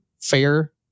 fair